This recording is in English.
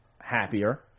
happier